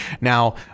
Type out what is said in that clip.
now